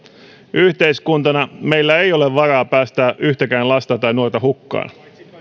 yhteiskuntana meillä ei ole varaa päästää yhtäkään lasta tai nuorta hukkaan